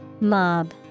Mob